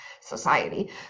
society